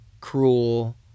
cruel